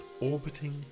orbiting